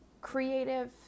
creative